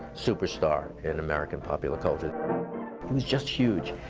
superstar in american popular culture he was just huge.